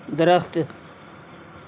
درخت